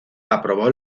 aprobó